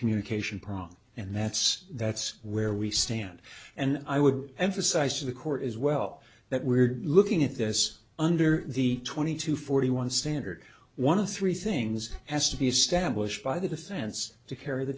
communication problem and that's that's where we stand and i would emphasize to the court as well that we're looking at this under the twenty to forty one standard one of three things has to be established by the defense to carry the